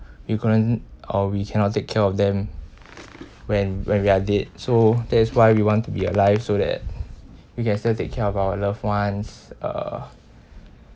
you couldn't or we cannot take care of them when when we are dead so that's why we want to be alive so that you can still take care of our loved ones uh